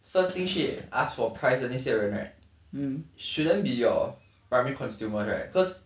first thing 去 ask for price 的那些人 right shouldn't be your primary consumer right cause